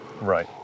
Right